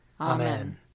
Amen